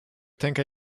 tänka